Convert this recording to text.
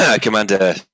Commander